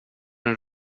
den